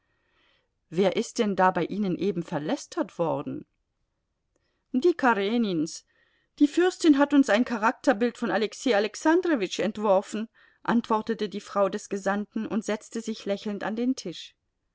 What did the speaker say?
wer ist denn da bei ihnen eben verlästert worden die karenins die fürstin hat uns ein charakterbild von alexei alexandrowitsch entworfen antwortete die frau des gesandten und setzte sich lächelnd an den tisch